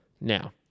Now